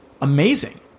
amazing